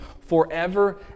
forever